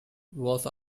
was